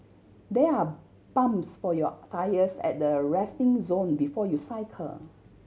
there are pumps for your tyres at the resting zone before you cycle